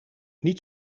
niet